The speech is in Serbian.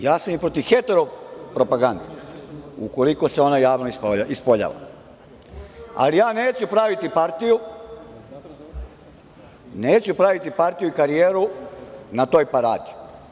Ja sam protiv hetero propagande, ukoliko se ona javno ispoljava, ali ja neću praviti partiju i karijeru na toj paradi.